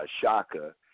Shaka